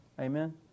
Amen